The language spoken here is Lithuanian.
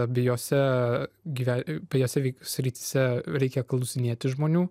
abiejose jose srityse reikia klausinėti žmonių